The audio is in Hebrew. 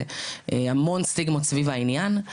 והמון סטיגמות סביב העניין,